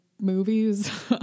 movies